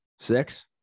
Six